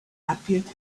appeared